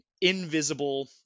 invisible